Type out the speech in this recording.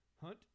Hunt